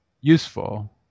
useful